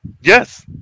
Yes